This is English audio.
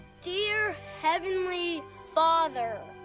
dear heavenly father,